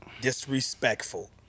disrespectful